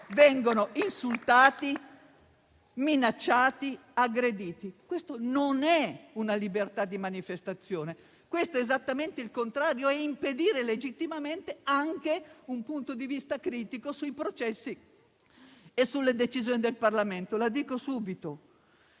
vengono insultati, minacciati, aggrediti. Questa non è libertà di manifestazione, ma esattamente il contrario: significa impedire legittimamente anche un punto di vista critico sui processi e sulle decisioni del Parlamento. [**Presidenza